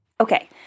Okay